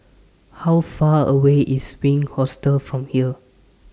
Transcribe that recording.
How Far away IS Wink Hostel from here